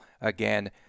again